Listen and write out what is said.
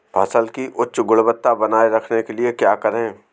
फसल की उच्च गुणवत्ता बनाए रखने के लिए क्या करें?